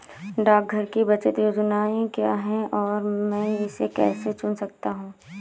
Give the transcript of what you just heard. डाकघर की बचत योजनाएँ क्या हैं और मैं इसे कैसे चुन सकता हूँ?